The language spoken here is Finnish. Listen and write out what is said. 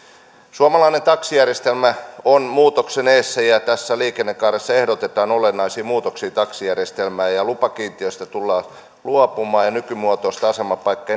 suomalainen taksijärjestelmä on muutoksen edessä ja tässä liikennekaaressa ehdotetaan olennaisia muutoksia taksijärjestelmään lupakiintiöstä tullaan luopumaan ja nykymuotoista asemapaikka